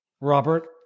Robert